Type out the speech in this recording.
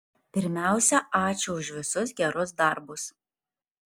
pirmiausia ačiū už visus gerus darbus